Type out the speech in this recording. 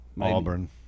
Auburn